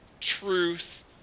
truth